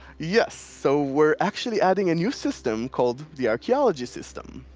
yes, so we're actually adding a new system called the archaeology system.